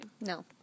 No